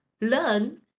learn